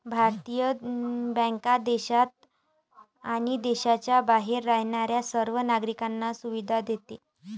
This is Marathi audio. भारतीय बँक देशात आणि देशाच्या बाहेर राहणाऱ्या सर्व नागरिकांना सुविधा देते